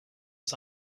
was